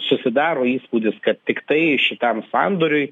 susidaro įspūdis kad tiktai šitam sandoriui